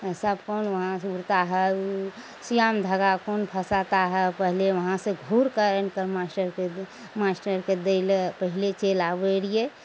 सब कौन वहाँ से उड़ता है उ सूइआमे धागा कौन फँसाता है पहिले वहाँ से घुर कऽ आनि कऽ मास्टरके मास्टरके दै लए पहिले चलि आबय रहियइ